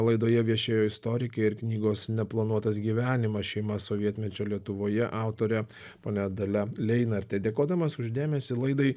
laidoje viešėjo istorikė ir knygos neplanuotas gyvenimas šeima sovietmečio lietuvoje autorė ponia dalia leinartė dėkodamas už dėmesį laidai